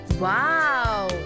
Wow